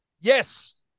Yes